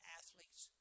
athletes